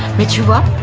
meet you, um